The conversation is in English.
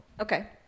Okay